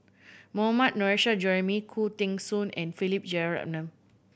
Mohammad Nurrasyid Juraimi Khoo Teng Soon and Philip Jeyaretnam